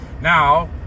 now